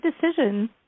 decision